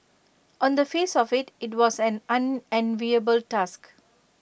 on the face of IT it was an unenviable task